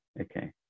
okay